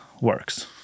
works